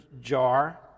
jar